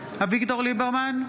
ליברמן,